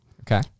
Okay